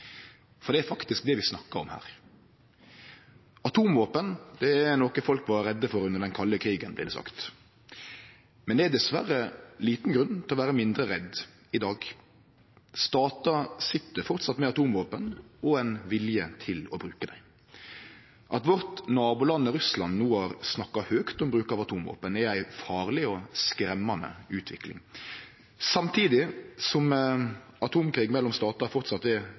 Det er faktisk det vi snakkar om her. Atomvåpen er noko folk var redde for under den kalde krigen, blir det sagt, men det er dessverre liten grunn til å vere mindre redd i dag. Statar sit framleis med atomvåpen og ein vilje til å bruke dei. At vårt naboland Russland no har snakka høgt om bruk av atomvåpen, er ei farleg og skremmande utvikling. Samtidig som atomkrig mellom statar framleis er